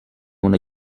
una